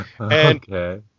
Okay